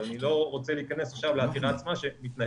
אבל אני לא רוצה להיכנס עכשיו לעתירה עצמה שמתנהלת.